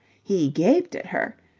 he gaped at her,